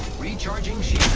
recharging